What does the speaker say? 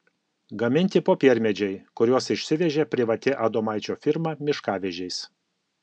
gaminti popiermedžiai kuriuos išsivežė privati adomaičio firma miškavežiais